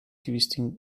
twisting